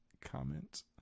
comment